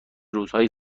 روزهای